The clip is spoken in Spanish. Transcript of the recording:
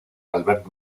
albert